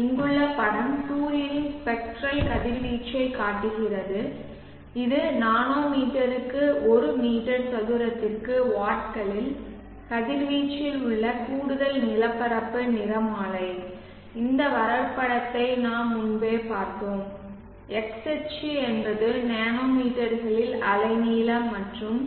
இங்குள்ள படம் சூரியனின் ஸ்பெக்ட்ரல் கதிர்வீச்சைக் காட்டுகிறது இது நானோமீட்டருக்கு ஒரு மீட்டர் சதுரத்திற்கு வாட்களில் கதிர்வீச்சில் உள்ள கூடுதல் நிலப்பரப்பு நிறமாலை இந்த வரைபடத்தை நாம் முன்பே பார்த்தோம் எக்ஸ் அச்சு என்பது நானோமீட்டர்களில் அலைநீளம் மற்றும்